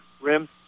rim